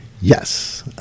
Yes